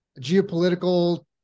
geopolitical